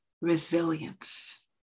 resilience